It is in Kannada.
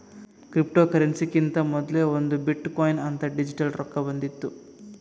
ಕ್ರಿಪ್ಟೋಕರೆನ್ಸಿಕಿಂತಾ ಮೊದಲೇ ಒಂದ್ ಬಿಟ್ ಕೊಯಿನ್ ಅಂತ್ ಡಿಜಿಟಲ್ ರೊಕ್ಕಾ ಬಂದಿತ್ತು